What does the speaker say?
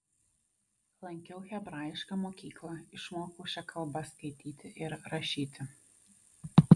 lankiau hebrajišką mokyklą išmokau šia kalba skaityti ir rašyti